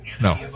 No